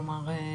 כלומר,